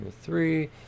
three